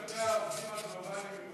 רק לגבי העובדים הגלובליים,